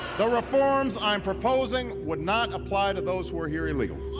the reforms i'm proposing would not apply to those who are here illegally.